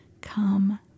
Come